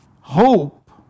hope